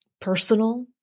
personal